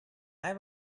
naj